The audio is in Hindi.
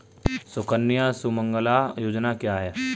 सुकन्या सुमंगला योजना क्या है?